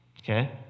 Okay